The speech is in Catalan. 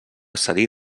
cedir